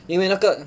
因为那个